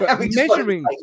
measuring